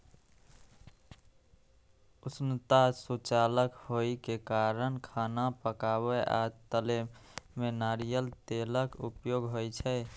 उष्णता सुचालक होइ के कारण खाना पकाबै आ तलै मे नारियल तेलक उपयोग होइ छै